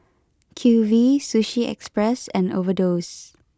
Q V Sushi Express and Overdose